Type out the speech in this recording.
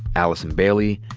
allison bailey,